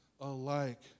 alike